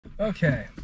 Okay